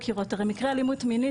במקרה אלימות מינית